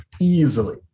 easily